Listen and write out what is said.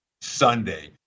Sunday